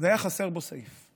והיה חסר בו סעיף.